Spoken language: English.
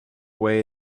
way